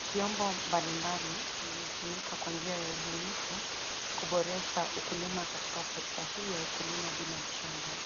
Vyombo mbalimbali vimetumika kwa njia ya ubunifu, kuboresha ukulima katika sekta hii ya ukulima bila mchanga.